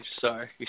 Sorry